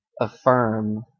affirm